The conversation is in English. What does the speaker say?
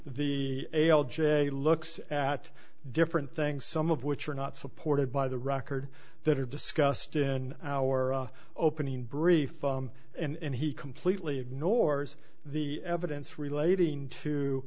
the a l j looks at different things some of which are not supported by the record that are discussed in our opening brief and he completely ignores the evidence relating to